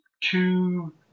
two